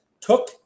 took